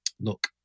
look